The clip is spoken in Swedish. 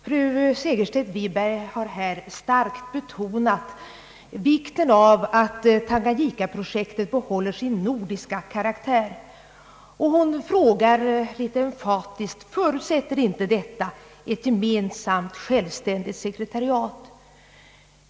Herr talman! Fru Segerstedt Wiberg har starkt betonat vikten av att Tanganyika-projektet behåller sin nordiska karaktär, och hon frågar litet emfatiskt: Förutsätter inte detta ett gemensamt, självständigt sekretariat?